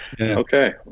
okay